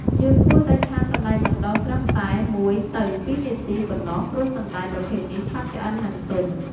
យើងគួរតែឆាសណ្ដែកបណ្ដុះត្រឹមតែ ១-២ នាទី ប៉ុណ្ណោះ ព្រោះសណ្ដែកប្រភេទនេះឆាប់ឆ្អិន និងទន់។